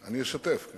אני אשתף.